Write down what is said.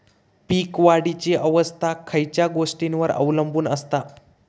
पीक वाढीची अवस्था खयच्या गोष्टींवर अवलंबून असता?